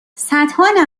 صدها